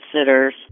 sitters